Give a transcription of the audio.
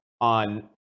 on